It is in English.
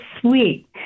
sweet